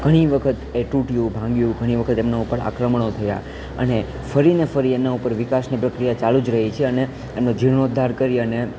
ઘણી વખત એ તૂટ્યું ભાંગ્યું ઘણી વખત એમનાં ઉપર આક્રમણો થયાં અને ફરી ને ફરી એનાં ઉપર વિકાસની પ્રક્રિયા ચાલુ જ રહી છે અને એનો જીર્ણોદ્ધાર કરી અને